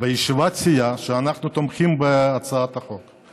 בישיבת הסיעה, שאנחנו תומכים בהצעת החוק.